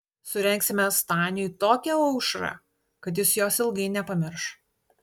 surengsime staniui tokią aušrą kad jis jos ilgai nepamirš